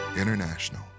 International